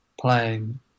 playing